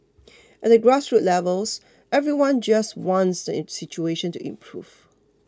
at the grassroots levels everyone just wants the situation to improve